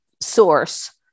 source